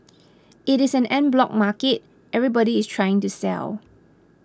it is an en bloc market everybody is trying to sell